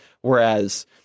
whereas